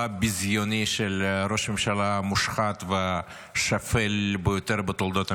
הביזיוני של ראש הממשלה המושחת והשפל ביותר בתולדות המדינה.